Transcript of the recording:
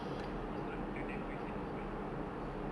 he's not the that person is spiderman